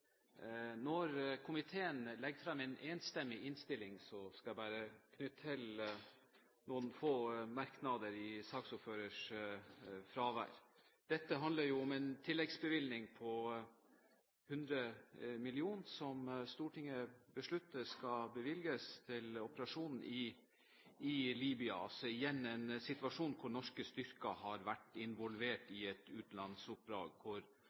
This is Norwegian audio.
Når komiteen legger frem en enstemmig innstilling, skal jeg bare knytte noen få merknader til den i saksordførerens fravær. Dette handler om en tilleggsbevilgning på 100 mill. kr som Stortinget beslutter skal bevilges til operasjonen i Libya, altså igjen en situasjon hvor norske styrker har vært involvert